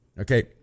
Okay